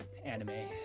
anime